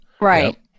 Right